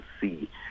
see